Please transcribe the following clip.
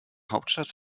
hauptstadt